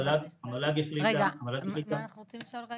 המל"ג החליטה -- מה אנחנו רוצים לשאול?